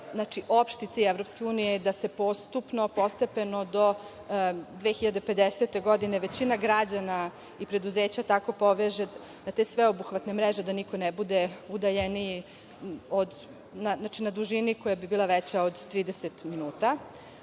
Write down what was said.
Opšti cilj EU je da se postupno, postepeno do 2050. godine većina građana i preduzeća tako poveže na te sveobuhvatne mreže da niko ne bude udaljeniji, znači, na dužini koja bi bila veća od 30 minuta.